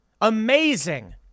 Amazing